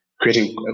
creating